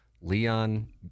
Leon